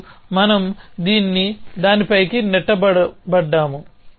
మరియు మనం దీన్ని దానిపైకి నెట్టబడ్డాము